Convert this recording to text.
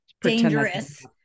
dangerous